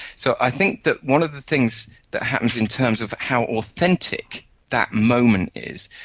so i think that one of the things that happens in terms of how authentic that moment is,